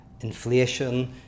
inflation